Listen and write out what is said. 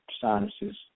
sinuses